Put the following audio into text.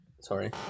Sorry